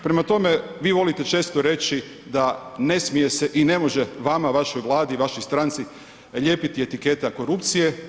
Prema tome, vi volite često reći da ne smije se i ne može vama, vašoj Vladi, vašoj stranci lijepiti etiketa korupcije.